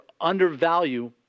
undervalue